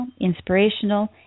inspirational